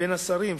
בין השרים,